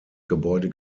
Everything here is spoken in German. gebäude